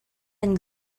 and